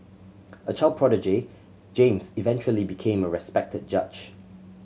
a child prodigy James eventually became a respected judge